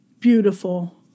beautiful